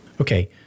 Okay